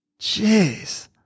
Jeez